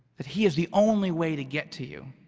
that he is the only way to get to you.